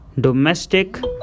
Domestic